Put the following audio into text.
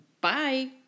Bye